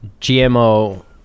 GMO